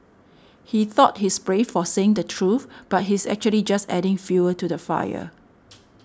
he thought he's brave for saying the truth but he's actually just adding fuel to the fire